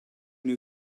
new